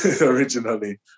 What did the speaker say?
originally